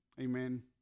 Amen